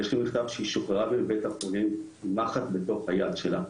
יש לי מכתב שהיא שוחררה מבית החולים עם מחט בתוך היד שלה.